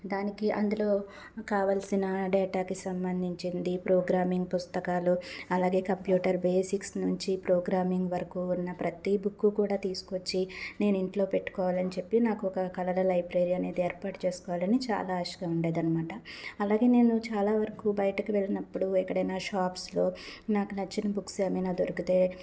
దానికి అందులో కావాల్సిన డేటాకి సంబంధించింది ప్రోగ్రామింగ్ పుస్తకాలు అలాగే కంప్యూటర్ బేసిక్స్ నుంచి ప్రోగ్రామింగ్ వరకు ఉన్న ప్రతి బుక్కు కూడా తీసుకొచ్చి నేను ఇంట్లో పెట్టుకోవాలని చెప్పి నాకు ఒక కళల లైబ్రరీ అనేది ఏర్పాటు చేసుకోవాలని చాలా ఆశగా ఉండేది అనమాట అలాగే నేను చాలా వరకు బయటకు వెళ్ళినప్పుడు ఎక్కడైనా షాప్స్లో నాకు నచ్చిన బుక్స్ ఏమైనా దొరికితే